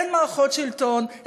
אין מערכות שלטון,